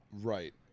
Right